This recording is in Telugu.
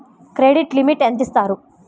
క్రెడిట్ లిమిట్ ఎంత ఇస్తారు?